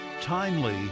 timely